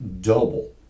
double